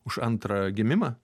už antrą gimimą